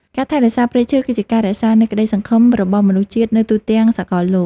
ការថែរក្សាព្រៃឈើ គឺជាការរក្សានូវក្តីសង្ឃឹមសម្រាប់មនុស្សជាតិនៅទូទាំងសកលលោក។